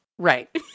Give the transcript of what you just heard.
Right